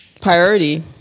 Priority